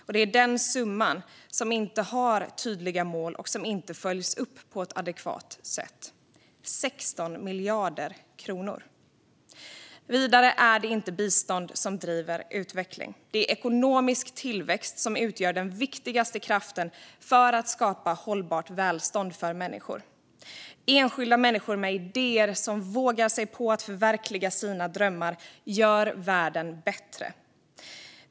Och det är den summan som inte har tydliga mål och som inte följs upp på ett adekvat sätt - 16 miljarder kronor! Vidare är det inte bistånd som driver utveckling. Det är ekonomisk tillväxt som utgör den viktigaste kraften för att skapa hållbart välstånd för människor. Enskilda människor med idéer som vågar sig på att förverkliga sina drömmar gör världen bättre.